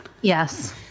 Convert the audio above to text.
Yes